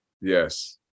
Yes